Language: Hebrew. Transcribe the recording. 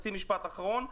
חצי משפט אחרון: